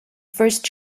first